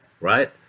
Right